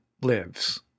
lives